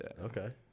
Okay